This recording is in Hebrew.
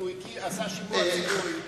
והוא עשה שימוע ציבורי.